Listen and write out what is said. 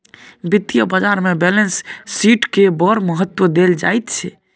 वित्तीय बाजारमे बैलेंस शीटकेँ बड़ महत्व देल जाइत छै